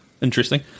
interesting